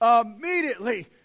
immediately